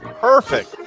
perfect